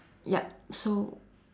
yup so